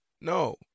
No